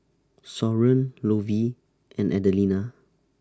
Soren Lovey and Adelina